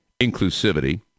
inclusivity